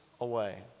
away